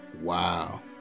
wow